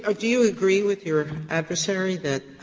ah do you agree with your adversary that